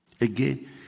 Again